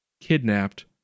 kidnapped